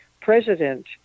president